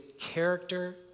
character